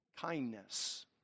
Kindness